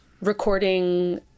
recording